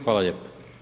Hvala lijepo.